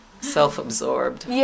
Self-absorbed